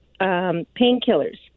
painkillers